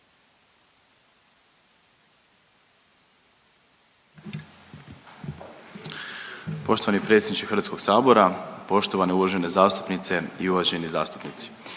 Poštovani predsjedniče HS, poštovane uvažene zastupnice i uvaženi zastupnici.